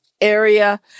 area